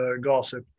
gossip